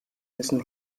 müssen